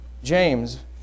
James